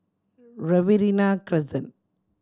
Riverina Crescent